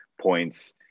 points